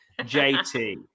JT